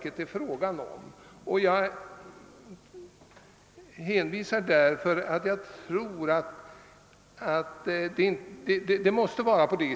gå förlorad.